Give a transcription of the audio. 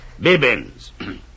Bibbins